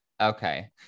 Okay